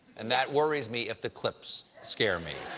and that worries me if the clips scare me.